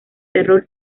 terror